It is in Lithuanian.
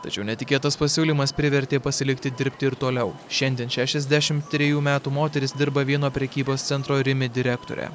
tačiau netikėtas pasiūlymas privertė pasilikti dirbti ir toliau šiandien šešiasdešim trejų metų moteris dirba vieno prekybos centro rimi direktore